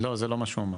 לא, זה לא מה שהוא אמר.